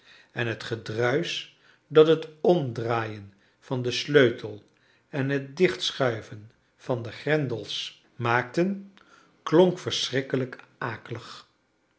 en het gedruisch dat het omdraaien van den sleutel en het dichtschuiven van de grendels maakten klonk verschrikkelijk akelig